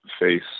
face